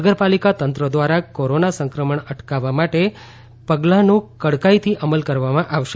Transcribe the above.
નગરપાલિકા તંત્ર દ્વારા કોરોના સંક્રમણ અટકાવવા માટેના પગલાનો કડકાઇથી અમલ કરવામાં આવશે